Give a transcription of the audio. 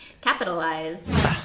Capitalize